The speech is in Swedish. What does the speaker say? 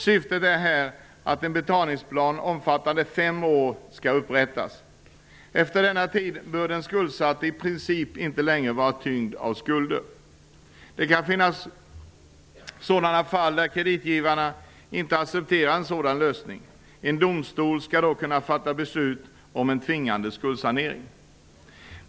Syftet är här att en betalningsplan omfattande fem år skall upprättas. Efter denna tid bör den skuldsatte i princip inte längre vara tyngd av skulder. Det kan finnas fall där kreditgivarna inte accepterar en sådan lösning. En domstol skall då kunna fatta beslut om en tvingande skuldsanering.